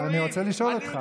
אני רוצה לשאול אותך.